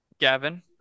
Gavin